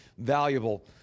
valuable